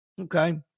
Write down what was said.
Okay